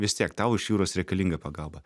vis tiek tau iš jūros reikalinga pagalba